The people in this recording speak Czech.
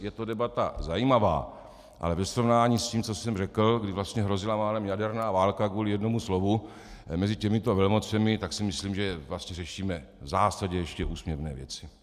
Je to debata zajímavá, ale ve srovnání s tím, co jsem řekl, když vlastně málem hrozila jaderná válka kvůli jednomu slovu mezi těmito velmocemi, tak si myslím, že vlastně řešíme v zásadě ještě úsměvné věci.